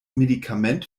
medikament